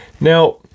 Now